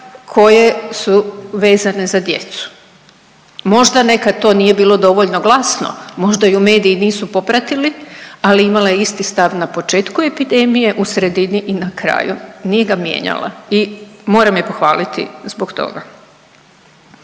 koje su vezane za djecu. Možda nekad to nije bilo dovoljno glasno, možda ju mediji nisu popratili, ali imala je isti stav na početku epidemije u sredini i na kraju, nije ga mijenjala i moram je pohvaliti zbog toga.